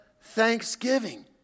thanksgiving